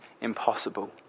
impossible